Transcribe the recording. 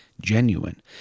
genuine